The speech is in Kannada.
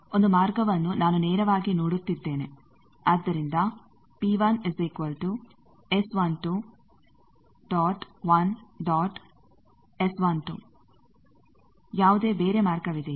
ಒಂದು ಮಾರ್ಗವನ್ನು ನಾನು ನೇರವಾಗಿ ನೋಡುತ್ತಿದ್ದೇನೆ ಆದ್ದರಿಂದ P1S12 ⋅ 1 ⋅ S12 ಯಾವುದೇ ಬೇರೆ ಮಾರ್ಗವಿದೆಯೇ